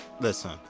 Listen